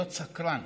להיות סקרן,